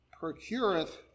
procureth